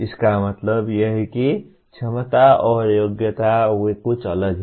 इसका मतलब यह है कि क्षमता और योग्यता वे कुछ अलग हैं